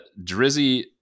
drizzy